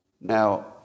Now